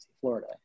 Florida